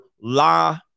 La